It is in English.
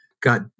got